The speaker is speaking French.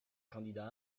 candidat